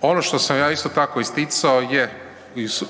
Ono što sam ja isto tako isticao je,